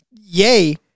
yay